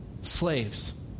Slaves